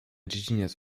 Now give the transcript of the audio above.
dziedziniec